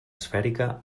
esfèrica